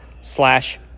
slash